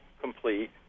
complete